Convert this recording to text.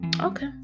okay